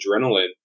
adrenaline